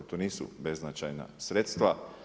To nisu beznačajna sredstva.